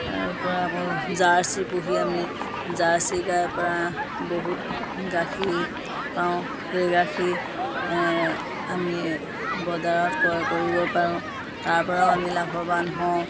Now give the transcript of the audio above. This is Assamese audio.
তাৰ পৰা আকৌ জাৰ্ছী পুহি আমি জাৰ্ছী গাইৰ পৰা বহুত গাখীৰ পাওঁ সেই গাখীৰ আমি বজাৰত কৰিব পাৰোঁ তাৰ পৰাও আমি লাভৱান হওঁ